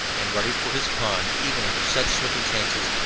and ready for his pun, even under such circumstances,